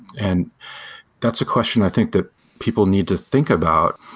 and that's a question, i think, that people need to think about.